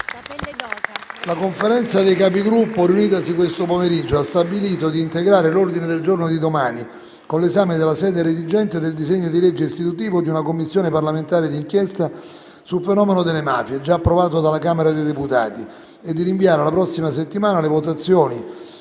La Conferenza dei Capigruppo, riunitasi questo pomeriggio, ha stabilito di integrare l'ordine del giorno di domani con l'esame della sede redigente del disegno di legge istitutivo di una Commissione parlamentare d'inchiesta sul fenomeno delle mafie, già approvato dalla Camera dei deputati, e di rinviare alla prossima settimana le votazioni